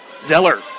Zeller